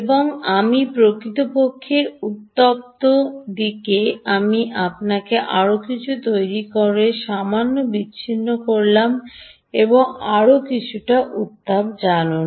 এবং আমি প্রকৃতপক্ষে উত্তপ্ত দিকে আমি আপনাকে আরও কিছু তৈরি করতে সামান্য বিছিন্ন করলাম আরও কিছুটা উত্তাপ জানুন